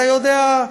אתה יודע,